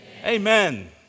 amen